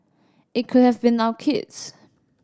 it could have been our kids